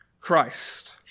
Christ